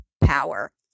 power